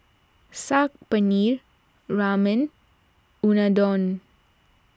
Saag Paneer Ramen Unadon